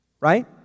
Right